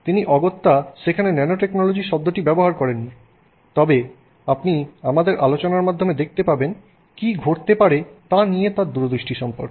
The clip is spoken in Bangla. তিনি অগত্যা সেখানে ন্যানোটেকনোলজি শব্দটি ব্যবহার করেননি তবে আপনি আমাদের আলোচনার মাধ্যমে দেখতে পাবেন কী ঘটতে পারে তা নিয়ে তার দূরদৃষ্টি সম্পর্কে